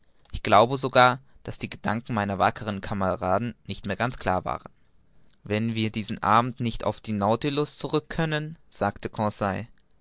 ich glaube sogar daß die gedanken meiner wackeren kameraden nicht mehr ganz klar waren wenn wir diesen abend nicht auf den nautilus zurück können sagte